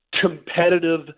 competitive